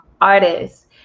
artists